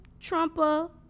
Trumpa